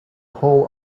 whole